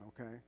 Okay